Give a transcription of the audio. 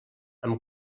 amb